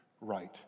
right